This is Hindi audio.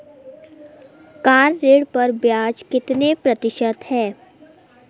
कार ऋण पर ब्याज कितने प्रतिशत है?